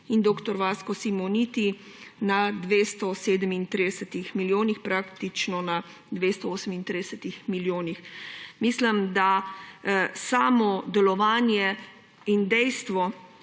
in dr. Vaska Simonitija na 237 milijonih, praktično na 238 milijonih. Mislim, da samo delovanje in dejstvo